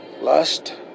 Lust